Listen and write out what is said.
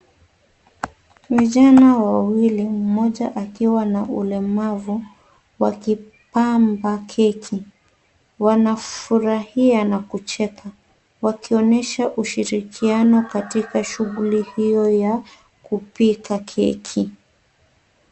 Vijana wawili, mmoja akiwa na ulemavu wakipamba keki. Wanafurahia na kucheka, wakionyesha ushirikiano katika shughuli hiyo ya kupika keki.